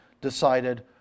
decided